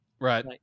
Right